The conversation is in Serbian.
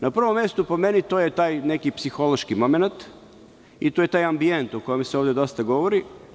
Na prvom mestu, po meni, to je taj neki psihološki momenat i to je taj ambijent o kome se ovde dosta govori.